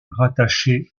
rattachées